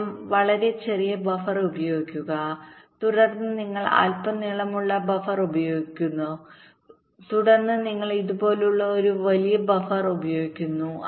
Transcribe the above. ആദ്യം വളരെ ചെറിയ ബഫർ ഉപയോഗിക്കുക തുടർന്ന് നിങ്ങൾ അൽപ്പം നീളമുള്ള ബഫർ ഉപയോഗിക്കുന്നു തുടർന്ന് നിങ്ങൾ ഇതുപോലുള്ള ഒരു വലിയ ബഫർ ഉപയോഗിക്കുന്നു